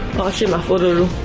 washing my father